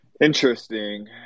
Interesting